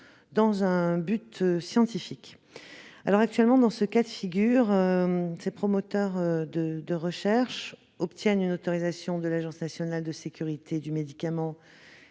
des fins scientifiques. Actuellement, dans ce cas de figure, les promoteurs de recherches doivent obtenir une autorisation de l'Agence nationale de sécurité du médicament